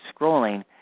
scrolling